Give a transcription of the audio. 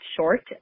short